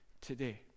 today